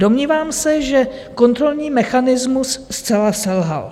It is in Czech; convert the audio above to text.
Domnívám se, že kontrolní mechanismus zcela selhal.